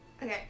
Okay